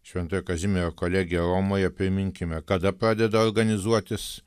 šventojo kazimiero kolegija romoje priminkime kada padeda organizuotis